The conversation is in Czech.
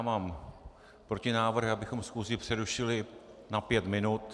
Mám protinávrh, abychom schůzi přerušili na pět minut.